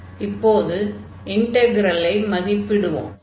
இப்போது இன்டக்ரலை மதிப்பிடுவோம்